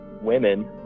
women